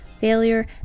failure